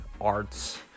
arts